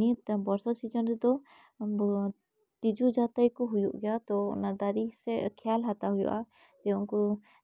ᱱᱤᱛ ᱵᱚᱨᱥᱟ ᱥᱤᱡᱤᱱ ᱨᱮᱫᱚ ᱛᱤᱡᱩ ᱡᱟ ᱛᱟᱭ ᱠᱚ ᱦᱩᱭᱩᱜ ᱜᱮᱭᱟ ᱛᱚ ᱚᱱᱟ ᱫᱟᱨᱮ ᱥᱮᱫ ᱠᱷᱮᱭᱟᱞ ᱦᱟᱛᱟᱣ ᱦᱩᱭᱩᱜᱼᱟ ᱡᱮ ᱩᱱ ᱠᱩ